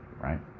right